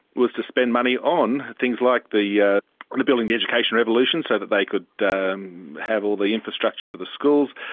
was to spend money on things like the yeah the building the education revolution so that they could have all the infrastructure for the schools,